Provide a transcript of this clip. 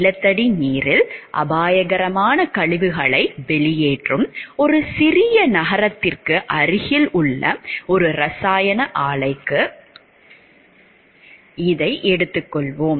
நிலத்தடி நீரில் அபாயகரமான கழிவுகளை வெளியேற்றும் ஒரு சிறிய நகரத்திற்கு அருகில் உள்ள ஒரு இரசாயன ஆலைக்கு இதை எடுத்துக்கொள்வோம்